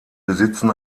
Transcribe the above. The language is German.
besitzen